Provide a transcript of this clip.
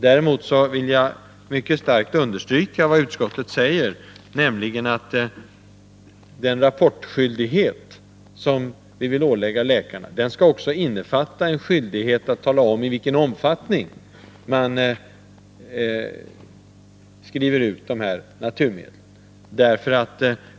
Däremot säger utskottet, vilket jag mycket starkt vill understryka, att den rapportskyldighet som vi vill ålägga läkarna också skall innefatta skyldighet att tala om i vilken omfattning injektion av naturmedel förekommer.